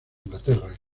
inglaterra